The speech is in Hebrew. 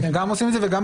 גם עושים את זה וגם